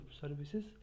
services